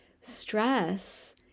stress